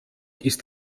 ist